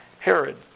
Herod